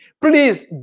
Please